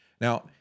Now